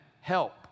help